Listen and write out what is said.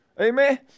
Amen